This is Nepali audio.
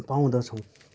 पाउँदछौँ